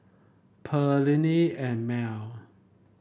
Perllini and Mel